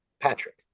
patrick